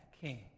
king